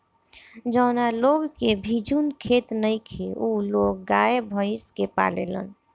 जावना लोग के भिजुन खेत नइखे उ लोग गाय, भइस के पालेलन